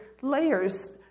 layers